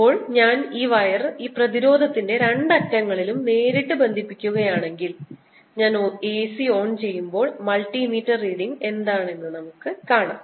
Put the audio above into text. ഇപ്പോൾ ഞാൻ ഈ വയർ ഈ പ്രതിരോധത്തിന്റെ രണ്ടറ്റങ്ങളിലും നേരിട്ട് ബന്ധിപ്പിക്കുകയാണെങ്കിൽ ഞാൻ AC ഓൺ ചെയ്യുമ്പോൾ മൾട്ടിമീറ്റർ റീഡിങ് എന്താണെന്ന് നമുക്ക് കാണാം